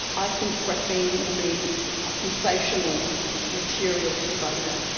i think graphene will be a sensational material to study that.